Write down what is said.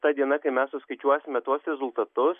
ta diena kai mes suskaičiuosime tuos rezultatus